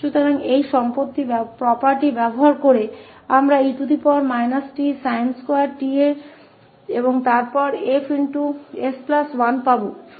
तो इस property का उपयोग करते हुए हमारे पास e tsin2t है और फिर हमारे पास यहाँ 𝐹𝑠 1 है